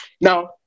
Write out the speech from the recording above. Now